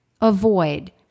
avoid